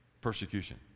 persecution